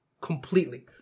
Completely